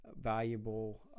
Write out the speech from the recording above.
valuable